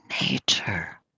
nature